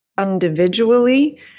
individually